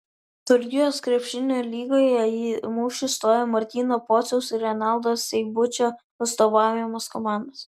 turkijos krepšinio lygoje į mūšį stojo martyno pociaus ir renaldo seibučio atstovaujamos komandos